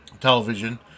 television